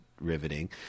riveting